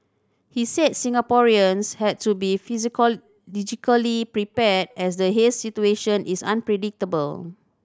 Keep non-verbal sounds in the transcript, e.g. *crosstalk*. he said Singaporeans had to be *unintelligible* prepared as the haze situation is unpredictable